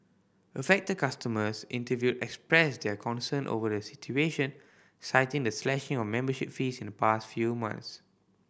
affected customers interviewed expressed their concern over the situation citing the slashing of membership fees in the past few months